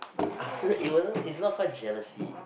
I wasn't it wasn't it's not called jealousy